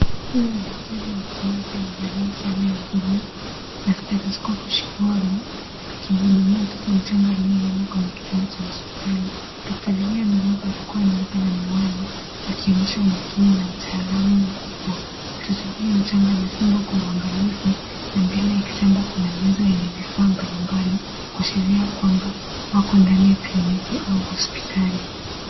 Huyu ni daktari wa kiume akiwa amevalia sare ya blue na stethoscope shingoni akimhudumia mtoto mchanga aliyelala kwenye kitanda cha hospitali. Daktari huyu amevaa barakoa nyeupe na miwani akionyesha umakini na utaalamu mkubwa. Mtoto huyu mchanga amefungwa kwa uangalifu na mbele ya kitanda kuna meza yenye vifaa mbalimbali kuashiria kwamba wako ndani ya kliniki au hospitali.